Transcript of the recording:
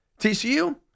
TCU